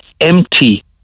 empty